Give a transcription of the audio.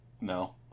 No